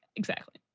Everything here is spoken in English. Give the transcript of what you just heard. exactly.